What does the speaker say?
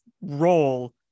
role